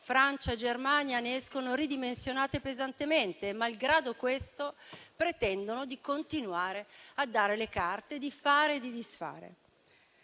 Francia e Germania ne escono ridimensionate pesantemente ma, malgrado questo, pretendono di continuare a dare le carte, di fare e di disfare.